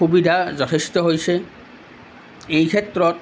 সুবিধা যথেষ্ট হৈছে এইক্ষেত্ৰত